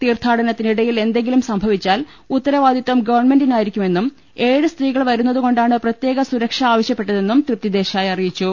തീർത്ഥാടനത്തിനിടയിൽ എന്തെങ്കിലും സംഭവിച്ചാൽ ഉത്തരവാദിത്വം ഗവൺമെന്റിനായിരിക്കുമെന്നും ഏഴ് സ്ത്രീകൾ വരുന്നതുകൊണ്ടാണ് പ്രത്യേക സുരക്ഷ ആവശ്യപ്പെട്ടതെന്നും തൃപ്തി ദേശായി അറിയിച്ചു